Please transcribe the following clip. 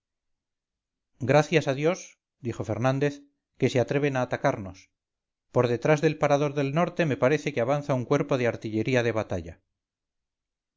gracias a dios dijo fernández que se atreven a atacarnos por detrás del parador del norte me parece que avanza un cuerpo de artillería de batalla